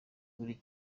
buri